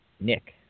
Nick